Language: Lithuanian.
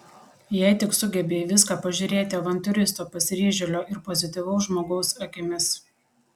jei tik sugebi į viską pažiūrėti avantiūristo pasiryžėlio ir pozityvaus žmogaus akimis